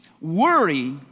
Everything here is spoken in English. Worry